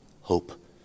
Hope